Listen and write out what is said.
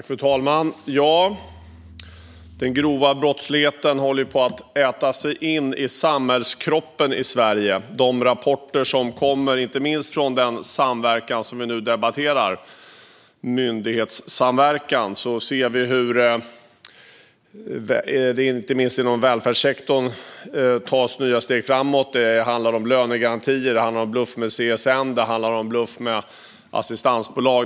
Fru talman! Den grova brottsligheten håller på att äta sig in i samhällskroppen i Sverige. I de rapporter som kommer, inte minst angående den myndighetssamverkan som vi nu debatterar, ser vi hur det inom välfärdssektorn tas nya steg framåt. Det handlar om lönegarantier, det handlar om bluff med CSN, det handlar om bluff med assistansbolag.